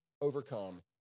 overcome